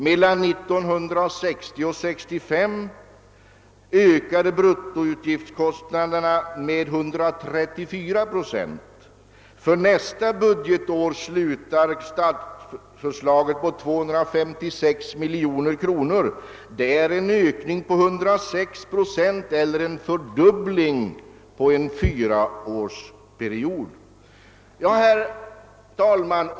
Mellan 1960 och 1965 ökade bruttokostnaderna med 134 procent. För nästa budgetår slutar statförslaget på 256 miljoner kronor, vilket innebär en ökning på 106 procent eller en fördubbling på en fyraårsperiod.